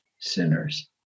sinners